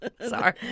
Sorry